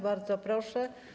Bardzo proszę.